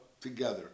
together